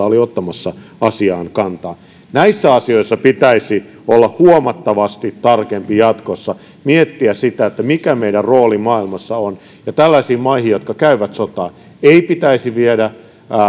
oli ottamassa asiaan kantaa näissä asioissa pitäisi olla huomattavasti tarkempi jatkossa miettiä sitä mikä meidän roolimme maailmassa on ja tällaisiin maihin jotka käyvät sotaa ei pitäisi viedä